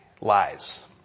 lies